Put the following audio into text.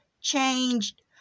changed